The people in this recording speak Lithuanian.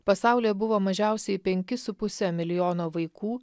pasaulyje buvo mažiausiai penki su puse milijono vaikų